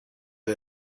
did